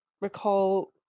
recall